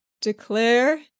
declare